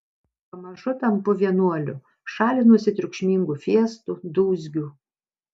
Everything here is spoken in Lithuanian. pamažu tampu vienuoliu šalinuosi triukšmingų fiestų dūzgių